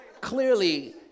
clearly